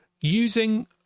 Using